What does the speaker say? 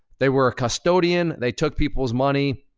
they were a custodian, they took people's money,